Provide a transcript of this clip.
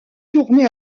tourner